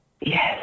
Yes